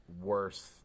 worse